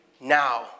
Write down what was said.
now